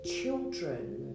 children